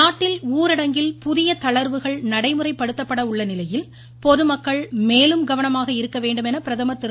நாட்டில் ஊரடங்கில் புதிய தளர்வுகள் நடைமுறைப்படுத்தப்பட உள்ள நிலையில் பொதுமக்கள் மேலும் கவனமாக இருக்க வேண்டும் என பிரதமர் திரு